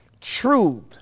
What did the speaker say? truth